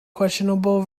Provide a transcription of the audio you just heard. questionable